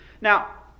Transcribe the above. Now